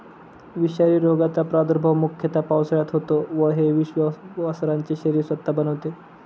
विषारी रोगाचा प्रादुर्भाव मुख्यतः पावसाळ्यात होतो व हे विष वासरांचे शरीर स्वतः बनवते